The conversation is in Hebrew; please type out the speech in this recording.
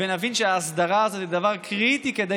נבין שההסדרה הזאת היא דבר קריטי כדי